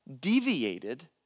deviated